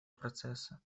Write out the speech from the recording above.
процесса